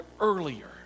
earlier